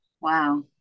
Wow